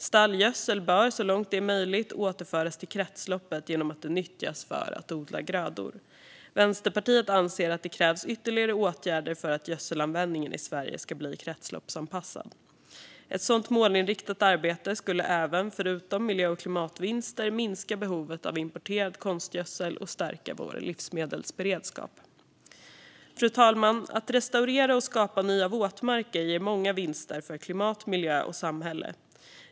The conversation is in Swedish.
Stallgödsel bör så långt det är möjligt återföras till kretsloppet genom att den nyttjas för att odla grödor. Vänsterpartiet anser att det krävs ytterligare åtgärder för att gödselanvändningen i Sverige ska bli kretsloppsanpassad. Ett sådant målinriktat arbete skulle även, förutom miljö och klimatvinster, minska behovet av importerad konstgödsel och stärka vår livsmedelsberedskap. Fru talman! Att restaurera våtmarker och skapa nya ger många vinster för klimat, miljö och samhälle.